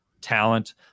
talent